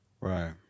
Right